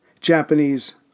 Japanese